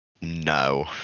no